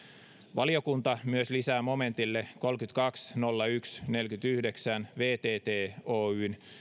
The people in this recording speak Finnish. valiokunta myös lisää momentille kolmekymmentäkaksi nolla yksi neljäkymmentäyhdeksän vtt oyn